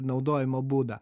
naudojimo būdą